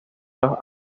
los